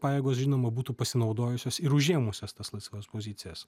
pajėgos žinoma būtų pasinaudojusios ir užėmusios tas laisvas pozicijas